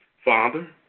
Father